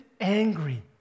angry